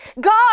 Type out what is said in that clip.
God